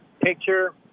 picture